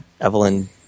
Evelyn